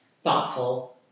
thoughtful